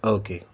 okay